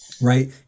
Right